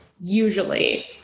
usually